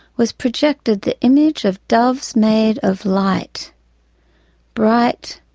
was projected the image of doves made of light bright,